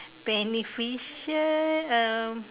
beneficial um